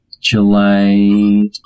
July